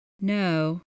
no